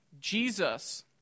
Jesus